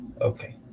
Okay